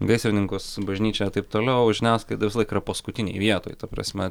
gaisrininkus bažnyčią taip toliau žiniasklaida visąlaik yra paskutinėj vietoj ta prasme